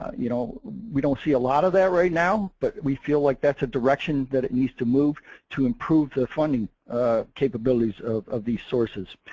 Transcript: you know we don't see a lot of that right now but we feel like that's a direction that it needs to move to improve the funding capabilities of of these sources.